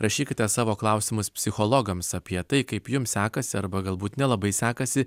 rašykite savo klausimus psichologams apie tai kaip jums sekasi arba galbūt nelabai sekasi